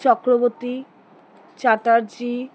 Chakraborty Chatterjee